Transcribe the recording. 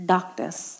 Darkness